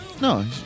No